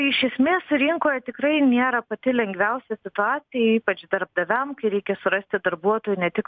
iš esmės rinkoje tikrai nėra pati lengviausia situacija ypač darbdaviam kai reikia surasti darbuotojų ne tik